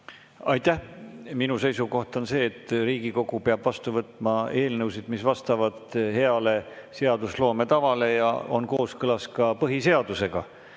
Aitäh! Minu seisukoht on see, et Riigikogu peab vastu võtma eelnõusid, mis vastavad seadusloome heale tavale ja on kooskõlas põhiseadusega.